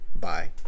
Bye